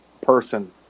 person